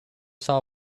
saw